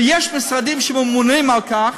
ויש משרדים שממונים על כך,